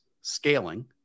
scaling